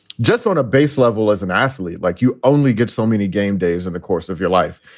just want a base level as an athlete. like, you only get so many game days in the course of your life.